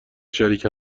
شریک